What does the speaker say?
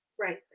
Right